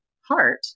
heart